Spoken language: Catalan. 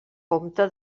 compte